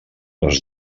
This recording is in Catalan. les